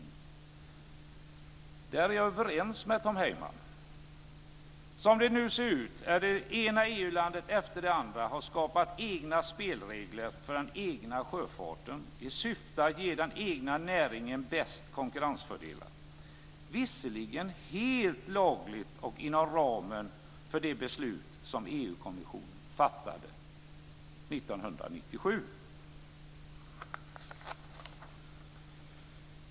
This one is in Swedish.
I det fallet är jag överens med Tom Heyman. Som det nu ser ut har det ena EU landet efter det andra skapat egna spelregler för den egna sjöfarten i syfte att ge den egna näringen bäst konkurrensfördelar. Det är visserligen helt lagligt och inom ramen för de beslut som EU-kommissionen fattade 1997.